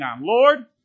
Lord